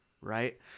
right